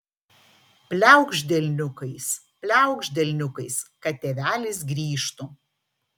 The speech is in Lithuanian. pliaukšt delniukais pliaukšt delniukais kad tėvelis grįžtų